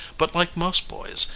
but, like most boys,